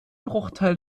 bruchteil